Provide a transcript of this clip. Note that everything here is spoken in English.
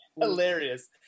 Hilarious